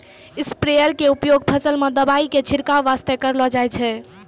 sprayer के उपयोग फसल मॅ दवाई के छिड़काब वास्तॅ करलो जाय छै